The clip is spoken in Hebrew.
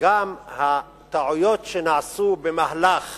שגם הטעויות שנעשו במהלך